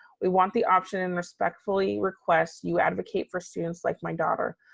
we want the option and respectfully request you advocate for students like my daughter.